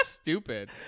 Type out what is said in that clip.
stupid